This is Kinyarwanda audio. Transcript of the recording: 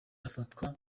afatwa